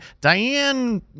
Diane